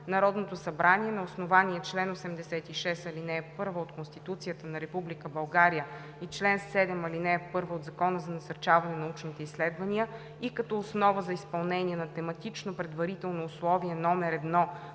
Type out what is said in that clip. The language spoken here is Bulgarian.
Народното събрание на основание чл. 86, ал. 1 от Конституцията на Република България и чл. 7, ал. 1 от Закона за насърчаване на научните изследвания и като основа за изпълнение на Тематично предварително условие № 1